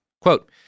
Quote